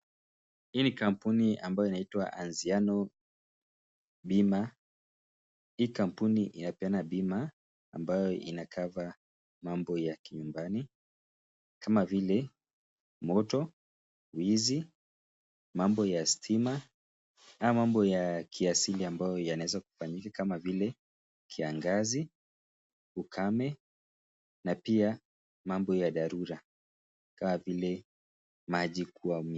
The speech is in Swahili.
Hii ni kampuni ambayo inaiwa Anziano bima. Hii kampuni inapeana bima ambayo ina cover mambo ya kinyumbani, kama vile moto, wizi, mambo ya stima ama mambo ya kiasili ambayo yanaweza kufanyika kama vile kiangazi, ukame na pia mambo ya dharura kama vile maji kuwa mingi